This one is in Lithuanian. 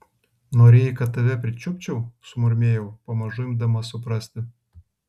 norėjai kad tave pričiupčiau sumurmėjau pamažu imdama suprasti